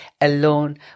alone